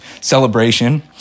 celebration